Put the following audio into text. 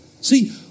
See